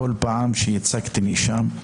כל פעם שייצגתי שם,